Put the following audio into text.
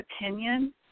opinion